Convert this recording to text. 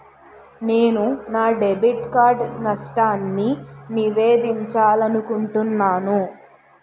నేను నా debit card నష్టాన్ని నివేదించాలనుకుంటున్నాను